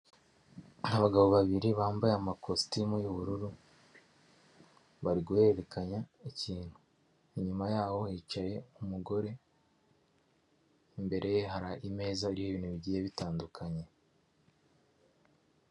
Abagabo babiri bambaye amakositimu y'ubururu bari guhererekanya ikintu inyuma yaho hicaye umugore imbere hari ameza iriho ibintu bigiye bitandukanye.